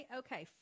okay